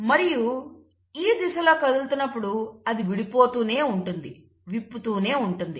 మరియు ఈ దిశలో కదులుతున్నప్పుడు అది విడిపోతూనే ఉంటుంది విప్పుతూనే ఉంటుంది